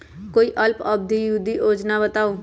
कोई अल्प अवधि योजना बताऊ?